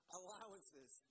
allowances